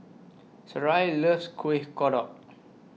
Sarai loves Kuih Kodok